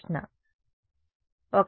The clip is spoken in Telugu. విద్యార్థి 1